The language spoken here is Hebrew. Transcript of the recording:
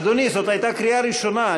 אדוני, זאת הייתה קריאה ראשונה.